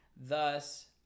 thus